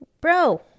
Bro